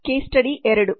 case study 2